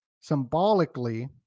symbolically